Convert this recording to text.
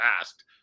asked